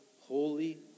holy